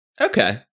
Okay